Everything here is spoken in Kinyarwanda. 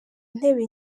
ntebe